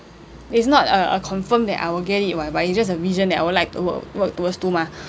it's not a a confirm that I will get it [what] but it's just a vision that I would like to work work towards to mah